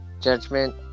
judgment